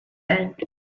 end